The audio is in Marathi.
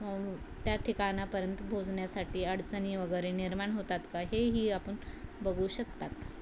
त्या ठिकाणापर्यंत पोचण्यासाठी अडचणी वगैरे निर्माण होतात का हेही आपण बघू शकतात